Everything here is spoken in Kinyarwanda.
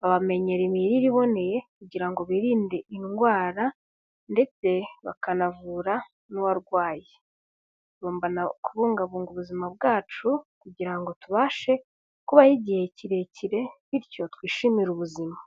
Babamenyera imirire iboneye kugira ngo birinde indwara ndetse bakanavura n'uwarwaye. Tugomba kubungabunga ubuzima bwacu kugira ngo tubashe kubaho igihe kirekire bityo twishimire ubuzima.